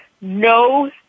no